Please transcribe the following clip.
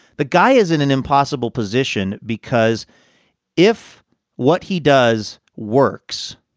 the guy is in an impossible position because if what he does works,